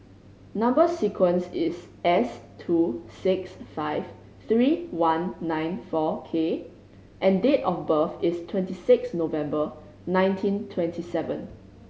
number sequence is S two six five three one nine four K and date of birth is twenty six November nineteen twenty seven